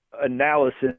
analysis